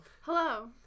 Hello